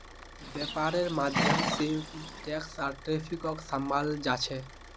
वैपार्र माध्यम से टैक्स आर ट्रैफिकक सम्भलाल जा छे